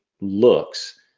looks